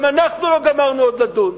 גם אנחנו לא גמרנו עוד לדון,